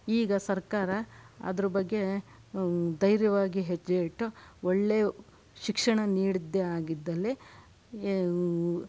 ಈಗ ಸರ್ಕಾರ ಅದರ ಬಗ್ಗೆ ಧೈರ್ಯವಾಗಿ ಹೆಜ್ಜೆ ಇಟ್ಟು ಒಳ್ಳೆಯ ಶಿಕ್ಷಣ ನೀಡಿದ್ದೇ ಆಗಿದ್ದಲ್ಲಿ